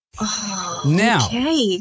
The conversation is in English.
Now